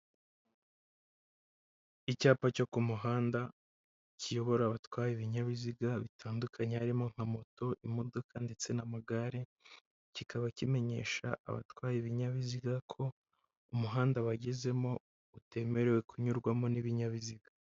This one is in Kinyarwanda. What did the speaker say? Icyapa cyo ku muhanda kiyobora abatwaye ibinyabiziga bitandukanye, harimo nka moto, imodoka ndetse n'amagare, kikaba kimenyesha abatwaye ibinyabiziga ko umuhanda wagezemo utemerewe kunyurwamo n'ibinyabiziga.